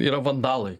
yra vandalai